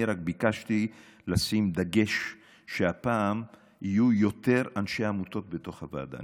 אני רק ביקשתי לשים דגש שהפעם יהיו יותר אנשי עמותות בתוך הוועדה.